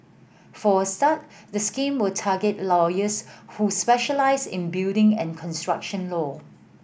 for a start the scheme will target lawyers who specialise in building and construction law